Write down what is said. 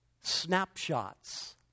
snapshots